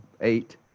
eight